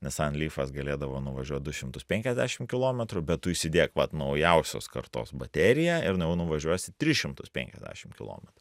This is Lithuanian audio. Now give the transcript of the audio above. nisan lyfas galėdavo nuvažiuot du šimtus penkiasdešimt kilometrų bet tu įsidėk vat naujausios kartos bateriją ir na jau nuvažiuosi tris šimtus penkiasdešim kilometrų